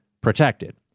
protected